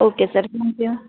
okay sir thank you